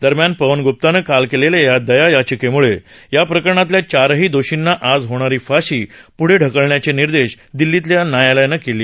दरम्यान पवन ग्प्तानं काल केलेल्या दया याचिकेम्ळे या प्रकरणातल्या चारही दोषींना आज होणारी फाशी प्ढे ढकलण्याचे निर्देश दिल्लीतल्या न्यायालयानं काल दिले